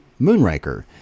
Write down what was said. Moonraker